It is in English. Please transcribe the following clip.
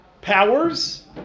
powers